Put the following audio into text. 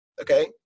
Okay